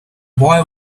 boy